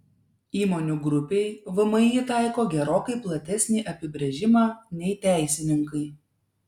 įmonių grupei vmi taiko gerokai platesnį apibrėžimą nei teisininkai